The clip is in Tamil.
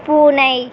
பூனை